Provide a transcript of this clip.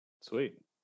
sweet